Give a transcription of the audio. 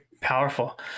powerful